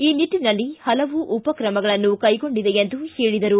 ಈ ನಿಟ್ಟನಲ್ಲಿ ಹಲವು ಉಪಕ್ರಮಗಳನ್ನು ಕೈಗೊಂಡಿದೆ ಎಂದರು